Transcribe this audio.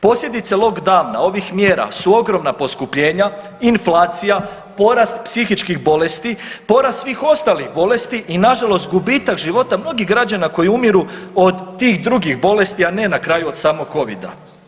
Posljedice lockdowna ovih mjera su ogromna poskupljenja, inflacija, porast psihičkih bolesti, porast svih ostalih bolesti i nažalost gubitak života mnogih građana koji umiru od tih drugih bolesti, a ne na kraju od samog covida.